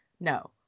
no